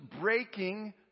breaking